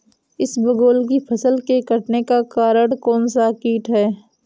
इसबगोल की फसल के कटने का कारण कौनसा कीट है?